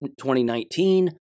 2019